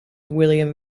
william